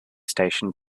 station